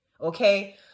okay